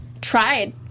tried